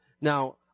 Now